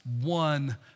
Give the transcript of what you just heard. one